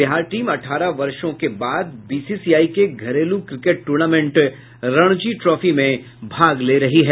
Bihar team अठारह वर्षों के बाद बीसीसीआई के घरेलू क्रिकेट टूर्नामेंट रणजी ट्रॉफी में भाग ले रही है